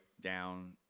down